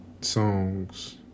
songs